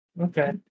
Okay